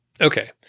Okay